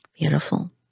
Beautiful